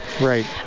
Right